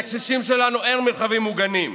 לקשישים שלנו אין מרחבים מוגנים.